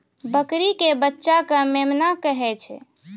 बकरी के बच्चा कॅ मेमना कहै छै